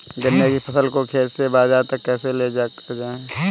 गन्ने की फसल को खेत से बाजार तक कैसे लेकर जाएँ?